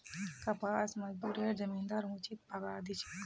कपास मजदूरक जमींदार उचित पगार दी छेक